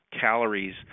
calories